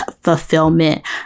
fulfillment